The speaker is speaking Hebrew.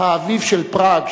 "האביב של פראג",